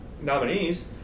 nominees